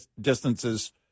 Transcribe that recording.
distances